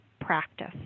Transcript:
practice